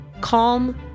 Calm